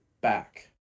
back